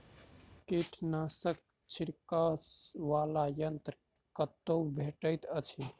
कीटनाशक छिड़कअ वला यन्त्र कतौ भेटैत अछि?